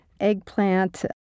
eggplant